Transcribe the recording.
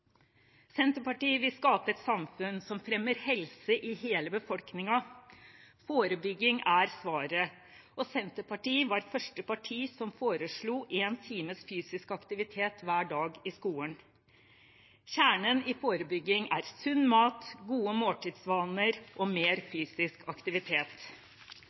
Senterpartiet vil skape et samfunn som fremmer helse i hele befolkningen. Forebygging er svaret, og Senterpartiet var det første partiet som foreslo én times fysisk aktivitet hver dag i skolen. Kjernen i forebygging er sunn mat, gode måltidsvaner og mer fysisk aktivitet.